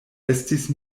estis